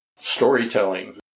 storytelling